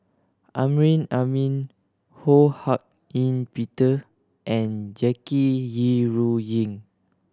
Amrin Amin Ho Hak Ean Peter and Jackie Yi Ru Ying